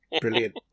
Brilliant